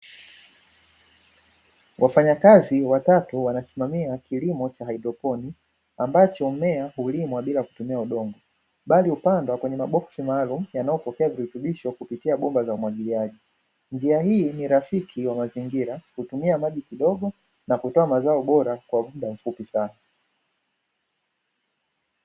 Wafanyakazi watatu wanasimamia kilimo cha haidroponi ambacho mmea hulimwa bila kutumia udongo; bali hupandwa kwenye maboksi maalumu yanayopokea virutubisho kupitia bomba za umwagiliaji, njia hii ni rafiki wa manzingira hutumia maji kidogo na hutoa mazao bora kwa muda mfupi sana.